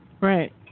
Right